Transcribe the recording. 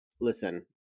listen